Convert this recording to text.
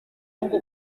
ngo